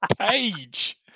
page